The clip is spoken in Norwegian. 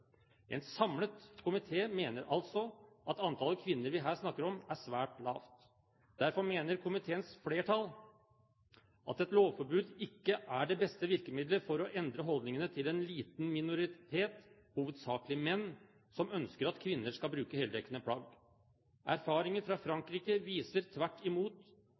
En samlet komité mener altså at antallet kvinner vi her snakker om, er svært lavt. Derfor mener komiteens flertall at et lovforbud ikke er det beste virkemiddelet for å endre holdningene til en liten minoritet, hovedsakelig menn, som ønsker at kvinner skal bruke heldekkende plagg. Erfaringer fra Frankrike viser tvert imot